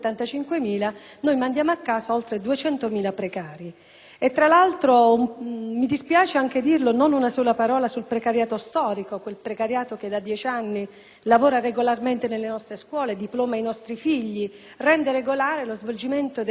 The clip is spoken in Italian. che mandiamo a casa oltre 200.000 precari. Tra l'altro - mi dispiace anche dirlo - non c'è stata una sola parola sul precariato storico, quello cioè che da dieci anni lavora regolarmente nelle nostre scuole, diploma i nostri figli e rende regolare lo svolgimento delle lezioni,